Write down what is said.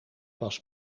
pas